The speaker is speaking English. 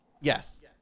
Yes